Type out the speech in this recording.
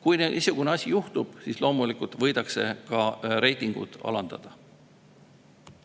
Kui niisugune asi juhtub, siis loomulikult võidakse ka reitingut alandada.